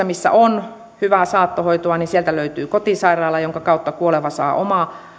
missä on hyvää saattohoitoa löytyy kotisairaala jonka kautta kuoleva